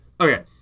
Okay